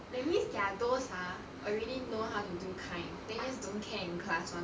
that means they are those ha already know how to do kind they just don't care in class [one] lor